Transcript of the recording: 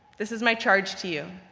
this is my charge to you.